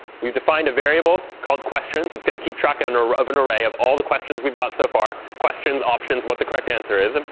we've defined a variable called questions that's going to keep track and of an array of all the questions we've got so far questions, options, what the correct answer is. um